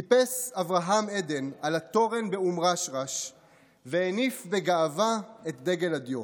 טיפס אברהם אדן על התורן באום רשרש והניף בגאווה את דגל הדיו.